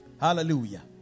Hallelujah